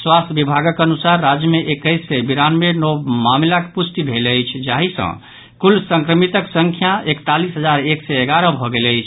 स्वास्थ्य विभागक अनुसार राज्य मे एकैस सय बिरानवे नव मामिलाक पुष्टि भेल अछि जाहि सँ कुल संक्रमितक संख्या एकतालीस हजार एक सय एगारह भऽ गेल अछि